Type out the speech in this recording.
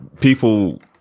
people